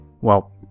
Well